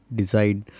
decide